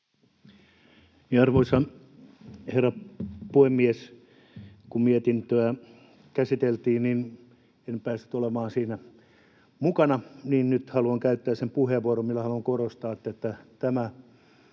Arvoisa herra puhemies! Kun mietintöä käsiteltiin, en päässyt olemaan siinä mukana, ja nyt haluan käyttää sen puheenvuoron, millä haluan korostaa, että tässä